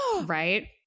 right